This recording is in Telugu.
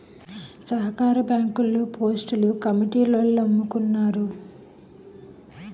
సహకార బ్యాంకుల్లో పోస్టులు కమిటీలోల్లమ్ముకున్నారు